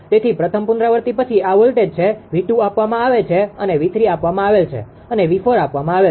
તેથી પ્રથમ પુનરાવૃત્તિ પછી આ વોલ્ટેજ છે 𝑉2 આપવામાં આવે છે અને 𝑉3 આપવામાં આવેલ છે અને 𝑉4 આપવામાં આવે છે